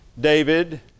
David